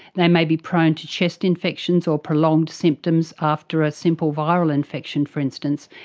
they may be prone to chest infections or prolonged symptoms after a simple viral infection, for instance.